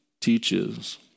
teaches